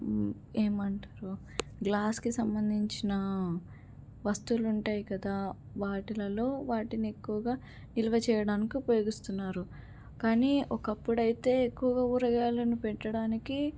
ఏమంటారు గ్లాస్కి సంబంధించిన వస్తువులు ఉంటాయి కదా వాటిలలో వాటిని ఎక్కువగా నిలువ చేయడానికి ఉపయోగిస్తున్నారు కానీ ఒకప్పుడైతే ఎక్కువగా ఊరగాయలను పెట్టడానికి